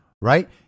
right